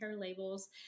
labels